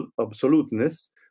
absoluteness